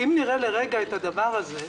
אם נראה לרגע את הדבר הזה,